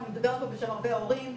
אני מדברת פה בשם הרבה הורים,